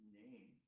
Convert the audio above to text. name